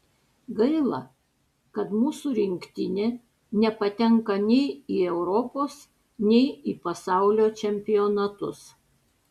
gaila kad mūsų rinktinė nepatenka nei į europos nei į pasaulio čempionatus